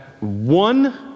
one